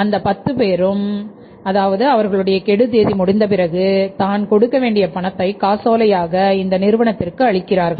அந்த 10 பேரும் அதாவது அவர்களுடைய கெடு தேதி முடிந்த பிறகு தான் கொடுக்க வேண்டிய பணத்தை காசோலையாக இந்த நிறுவனத்திற்கு அளிக்கிறார்கள்